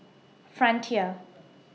Frontier